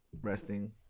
Resting